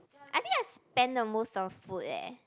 I think I spent the most on food eh